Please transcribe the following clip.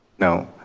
no,